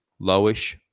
lowish